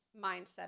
mindset